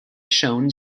shown